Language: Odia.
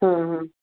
ହଁ ହଁ